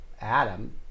Adam